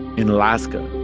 in alaska,